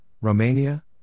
Romania